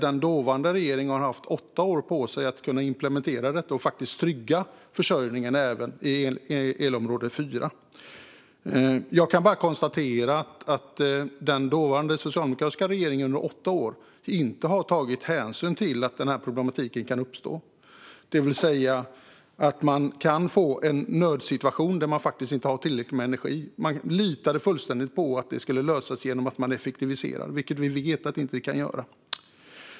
Den dåvarande regeringen har alltså haft åtta år på sig att implementera detta och faktiskt trygga försörjningen även i elområde 4. Jag kan bara konstatera att den dåvarande socialdemokratiska regeringen under åtta år inte tagit hänsyn till att den här problematiken kan uppstå, alltså att man kan få en nödsituation där man inte har tillräckligt med energi. Man litade fullständigt på att det skulle lösa sig genom att man effektiviserade, vilket vi vet att det inte gör.